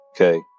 Okay